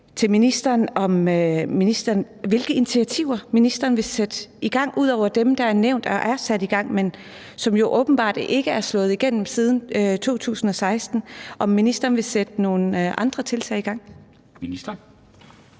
til ministeren er: Hvilke initiativer vil ministeren sætte i gang ud over dem, der er nævnt, og som er sat i gang, men som jo åbenbart ikke er slået igennem siden 2016? Vil ministeren sætte nogle andre tiltag i gang? Kl.